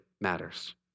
matters